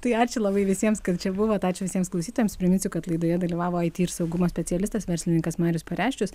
tai ačiū labai visiems kad čia buvot ačiū visiems klausytojams priminsiu kad laidoje dalyvavo it ir saugumo specialistas verslininkas marius pareščius